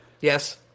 Yes